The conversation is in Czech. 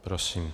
Prosím.